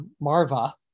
Marva